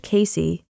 Casey